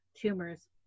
tumors